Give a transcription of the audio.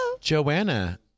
Joanna